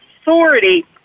authority